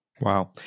Wow